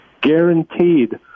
guaranteed